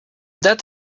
that